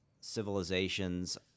civilizations